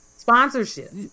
sponsorship